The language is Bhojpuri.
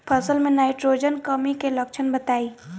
फसल में नाइट्रोजन कमी के लक्षण बताइ?